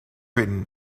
written